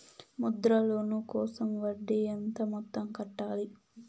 Mudra loan కోసం వడ్డీ ఎంత మొత్తం కట్టాలి